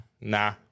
nah